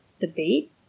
debate